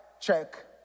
check